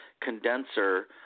condenser